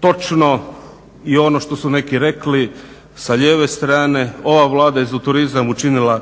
Točno je i ono što su neki rekli sa lijeve strane, ova Vlada je za turizam učinila